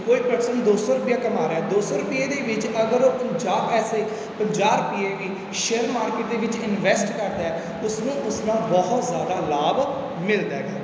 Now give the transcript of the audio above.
ਕੋਈ ਪਰਸਨ ਦੋ ਸੌ ਰੁਪਇਆ ਕਮਾ ਰਿਹਾ ਦੋ ਸੌ ਰੁਪਈਏ ਦੇ ਵਿੱਚ ਅਗਰ ਉਹ ਪੰਜਾਹ ਪੈਸੇ ਪੰਜਾਹ ਰੁਪਈਏ ਵੀ ਸ਼ੇਅਰ ਮਾਰਕੀਟ ਦੇ ਵਿੱਚ ਇਨਵੈਸਟ ਕਰਦਾ ਹੈ ਉਸ ਨੂੰ ਉਸਦਾ ਬਹੁਤ ਜ਼ਿਆਦਾ ਲਾਭ ਮਿਲਦਾ ਹੈਗਾ